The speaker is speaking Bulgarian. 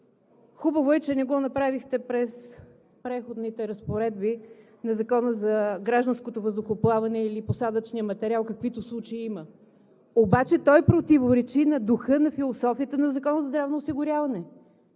Хубаво е, че не го направихте през Преходните разпоредби на Закона за гражданското въздухоплаване или за посадъчния материал, каквито случаи има. Обаче той противоречи на духа и на философията на Закона за здравното осигуряване.